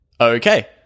Okay